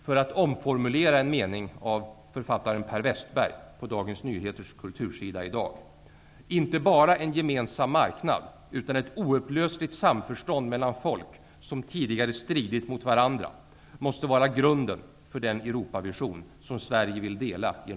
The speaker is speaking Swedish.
För att omformulera en mening av författaren Per Wästberg på Dagens Nyheters kultursida av i dag: Inte bara en gemensam marknad, utan ett oupplösligt samförstånd mellan folk som tidigare stridit mot varandra måste vara grunden för den